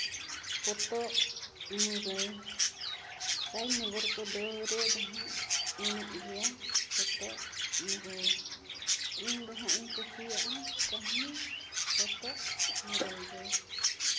ᱯᱚᱛᱚᱵ ᱢᱩᱨᱟᱹᱭ ᱨᱟᱡᱽᱱᱚᱜᱚᱨ ᱠᱚᱫᱚ ᱨᱮᱫᱚ ᱦᱟᱸᱜ ᱢᱮᱱᱟᱜ ᱜᱮᱭᱟ ᱯᱚᱛᱚᱵ ᱢᱩᱨᱟᱹᱭ ᱤᱧ ᱫᱚᱦᱟᱸᱜ ᱤᱧ ᱠᱩᱥᱤᱭᱟᱜᱼᱟ ᱠᱟᱹᱦᱱᱤ ᱯᱚᱛᱚᱵ ᱢᱩᱨᱟᱹᱭ ᱜᱮ